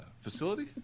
facility